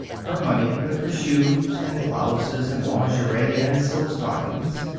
her money went for shoes and blouses and lingerie and silk stockings.